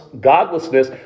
godlessness